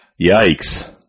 Yikes